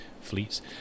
fleets